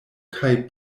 kaj